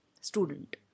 student